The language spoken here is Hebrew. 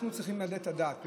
אנחנו צריכים לתת את הדעת,